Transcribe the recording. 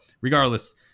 regardless